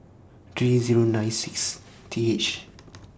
three Zero nine six T H